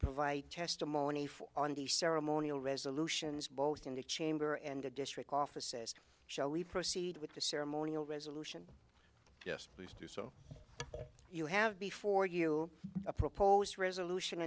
provide testimony for on the ceremonial resolutions both in the chamber and the district offices shall we proceed with the ceremonial resolution yes please do so you have before you a proposed resolution